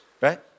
right